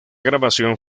grabación